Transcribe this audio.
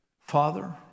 Father